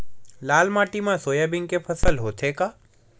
लाल माटी मा सोयाबीन के फसल होथे का?